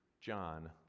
John